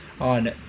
on